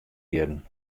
jierren